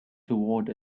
toward